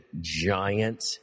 giant